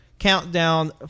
Countdown